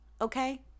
Okay